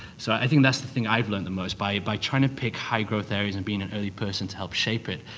so, i think that's the thing i've learned the most. by by trying to pick high growth areas and being an early person to help shape it,